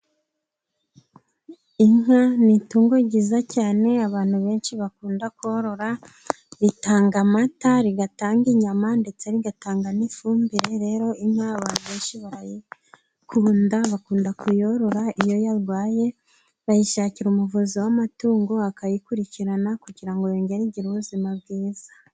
Inka ni itungo ryiza cyane abantu benshi bakunda korora, ritanga amata, rigatanga inyama ndetse rigatanga n'ifumbire, rero inka abantu benshi barayikunda, bakunda kuyorora, iyo yarwaye bayishakira umuvuzi w'amatungo akayikurikirana kugira ngo yongere igi ubuzima bwiza.